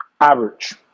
average